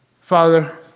Father